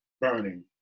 burning